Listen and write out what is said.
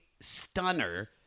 stunner